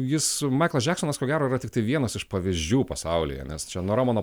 jis maiklas džeksonas ko gero yra tiktai vienas iš pavyzdžių pasaulyje nes čia nuo romano